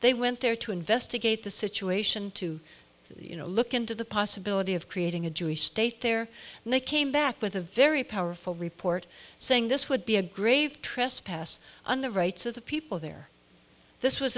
they went there to investigate the situation to you know look into the possibility of creating a jewish state there and they came back with a very powerful report saying this would be a grave trespass on the rights of the people there this was